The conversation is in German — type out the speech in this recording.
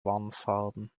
warnfarben